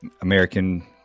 American